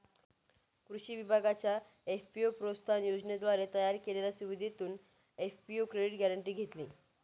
कृषी विभागाच्या एफ.पी.ओ प्रोत्साहन योजनेद्वारे तयार केलेल्या सुविधेतून एफ.पी.ओ क्रेडिट गॅरेंटी घेतली